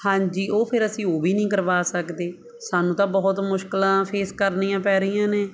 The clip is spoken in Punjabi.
ਹਾਂਜੀ ਉਹ ਫਿਰ ਅਸੀਂ ਉਹ ਵੀ ਨਹੀਂ ਕਰਵਾ ਸਕਦੇ ਸਾਨੂੰ ਤਾਂ ਬਹੁਤ ਮੁਸ਼ਕਲਾਂ ਫੇਸ ਕਰਨੀਆਂ ਪੈ ਰਹੀਆਂ ਨੇ